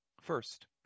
First